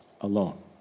alone